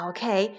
Okay